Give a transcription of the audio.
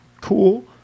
cool